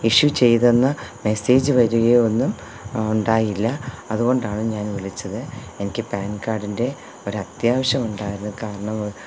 issue ചെയ്തെന്ന് message വരികയോ ഒന്നും ഉണ്ടായില്ല അതുകൊണ്ടാണ് ഞാൻ വിളിച്ചത് എനിക്ക് പാൻ കാഡിന്റെ ഒരത്യാവശ്യമുണ്ടായിരുന്നു കാരണം